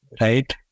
right